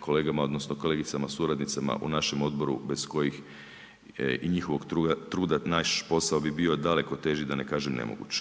kolegama odnosno kolegicama suradnicama u našem odboru bez kojeg i njihovog truda naš posao bi bio daleko teži, da ne kažem nemoguć.